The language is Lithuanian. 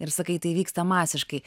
ir sakai tai vyksta masiškai